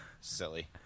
silly